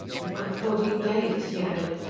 we've got fourteen days, he added,